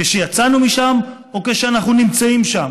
כשיצאנו משם או כשאנחנו נמצאים שם?